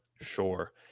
sure